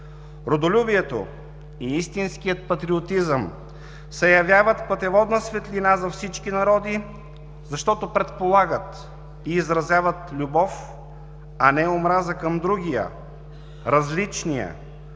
Родолюбието и истинският патриотизъм се явяват пътеводна светлина за всички народи, защото предполагат и изразяват любов, а не омраза към другия, различния,